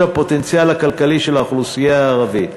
הפוטנציאל הכלכלי של האוכלוסייה הערבית: